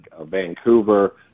Vancouver